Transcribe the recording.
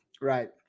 Right